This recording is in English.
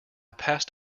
passed